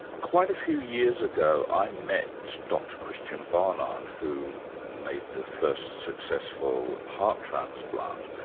quite a few years ago i met dr christian barnard who made the first successful heart transplant,